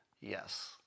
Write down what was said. Yes